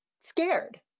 scared